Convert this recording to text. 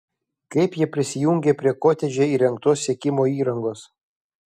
kaip jie prisijungė prie kotedže įrengtos sekimo įrangos